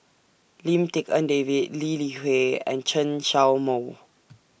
Lim Tik En David Lee Li Hui and Chen Show Mao